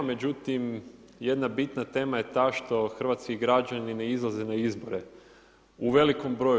Međutim jedna bitna tema je ta što hrvatski građani ne izlaze na izbore u velikom broju.